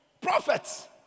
prophets